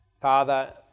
Father